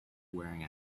wearing